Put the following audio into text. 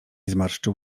zmarszczył